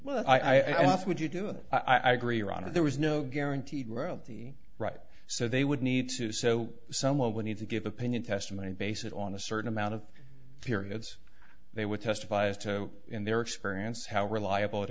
well i guess would you do it i agree ron if there was no guaranteed royalty right so they would need to do so someone would need to give opinion testimony base it on a certain amount of periods they would testify as to in their experience how reliable it